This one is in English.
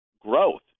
growth